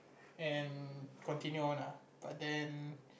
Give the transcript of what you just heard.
and continue on ah but then